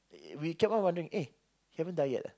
we kept on wondering eh he haven't die yet ah